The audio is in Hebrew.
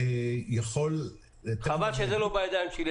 חבל שזה לא בידיים שלי.